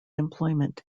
employment